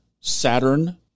Saturn